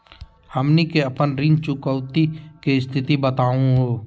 हमनी के अपन ऋण चुकौती के स्थिति बताहु हो?